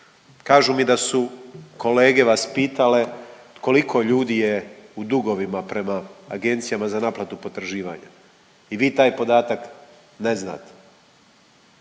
Kažu mi da su kolege vas pitale koliko ljudi je u dugovima prema agencijama za naplatu potraživanja i vi taj podatak ne znate.